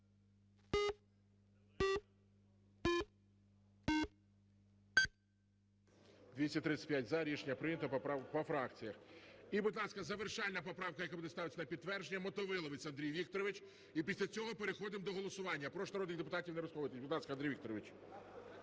За-235 Рішення прийнято. По фракціях. І, будь ласка, завершальна поправка, яка буде ставитися на підтвердження, Мотовиловець Андрій Вікторович. І після цього переходимо до голосування, прошу народних депутатів не розходитись. Будь ласка, Андрій Вікторович.